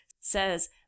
says